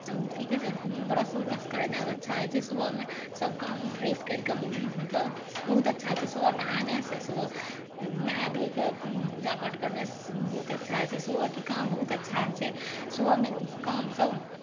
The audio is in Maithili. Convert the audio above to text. की कहै छै ब्रश उरस करेनाइसँ अच्छा होइ छै सुबहमे सभ काम फ्रेश करि कऽ बहु मतलब बहुत अच्छा होइ छै सुबह नहानेसँ सुबह नहाय धोय कऽ पूजा पाठ करनेसँ बहुत अच्छा होइ छै सुबहके काम बहुत अच्छा होइ छै सुबहमे काम सभ